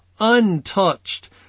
untouched